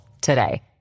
today